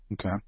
Okay